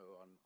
on